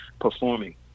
performing